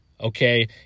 okay